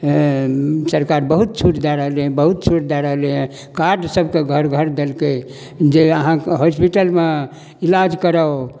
सरकार बहुत छूट दै रहलैहँ बहुत छूट दै रहलैहँ कार्ड सभके घर घर देलकै जे अहाँ हॉस्पिटलमे इलाज कराउ